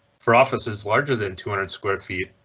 for offices larger than two hundred square feet,